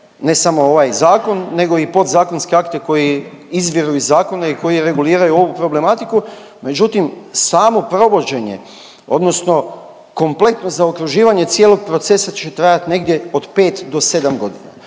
ne samo ovaj zakon nego i podzakonske akte koji izviru iz zakona i koji reguliraju ovu problematiku. Međutim, samo provođenje odnosno kompletno zaokruživanje cijelog procesa će trajati negdje od pet do sedam godina,